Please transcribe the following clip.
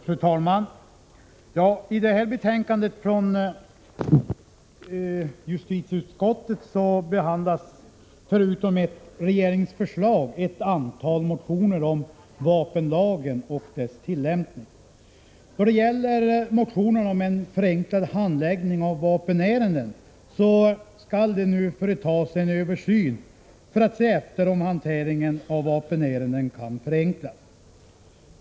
Fru talman! I detta betänkande från justitieutskottet behandlas förutom ett regeringsförslag ett antal motioner om vapenlagen och dess tillämpning. Då det gäller motionerna om en förenklad handläggning av vapenärenden förhåller det sig så att det nu skall företas en översyn för att undersöka om hanteringen av vapenärenden kan förenklas.